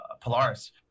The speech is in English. polaris